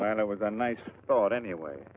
and i was a nice thought anyway